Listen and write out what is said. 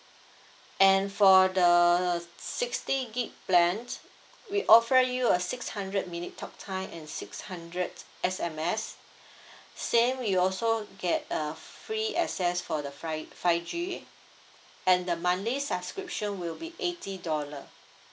and for the sixty gigabyte plan we offer you a six hundred minute talk time in six hundred S_M_S same you'll also get a free access for the fri~ five G and the monthly subscription will be eighty dollar